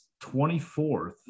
24th